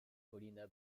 paulina